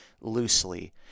loosely